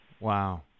Wow